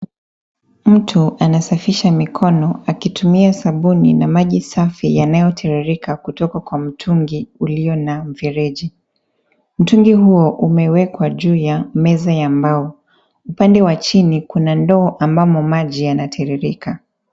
Mtu anasafisha mikono akitumia sabuni, na maji safi yanayotiririka, kutoka kwa mtungi ulio na mfereji .Mtungi huo umewekwa juu ya meza ya mbao. Upande wa chini Kuna ndoo ambamo maji yanatiririka